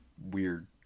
weird